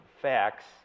facts